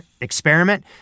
experiment